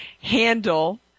handle